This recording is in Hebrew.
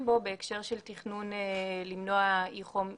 בו בהקשר של תכנון למנוע אי חום עירוני.